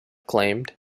claimed